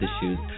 issues